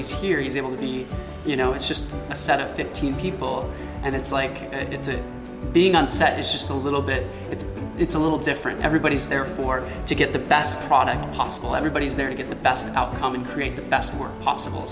he's here he's able to be you know it's just a set of fifteen people and it's like it's a being on set is just a little bit it's it's a little different everybody's there for to get the best product possible everybody's there to get the best outcome and create the best work possible